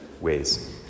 ways